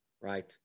right